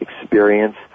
experience